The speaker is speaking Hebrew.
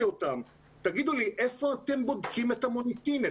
אותם איפה הם בודקים את המוניטין,